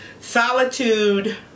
Solitude